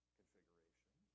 configuration